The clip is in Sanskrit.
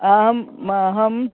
आं म अहं